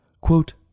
Quote